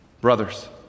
brothers